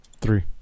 Three